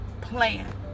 plan